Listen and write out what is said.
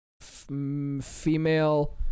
female